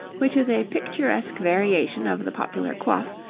which is a picturesque variation of the popular coif,